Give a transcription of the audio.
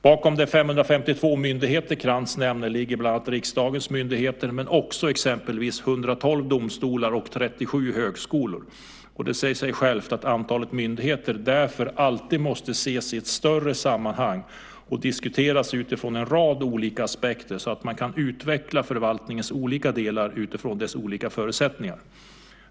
Bakom de 552 myndigheter Krantz nämner ligger bland annat riksdagens myndigheter, men också exempelvis 112 domstolar och 37 högskolor, och det säger sig självt att antalet myndigheter därför alltid måste ses i ett större sammanhang och diskuteras utifrån en rad olika aspekter, så att man kan utveckla förvaltningens olika delar utifrån dess olika förutsättningar.